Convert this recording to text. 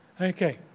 Okay